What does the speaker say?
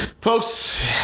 Folks